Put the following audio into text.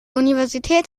universität